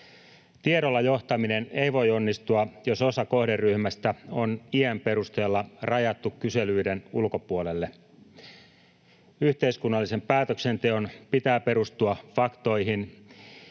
Tiedolla johtaminen ei voi onnistua, jos osa kohderyhmästä on iän perusteella rajattu kyselyiden ulkopuolelle. Yhteiskunnallisen päätöksenteon pitää perustua faktoihin.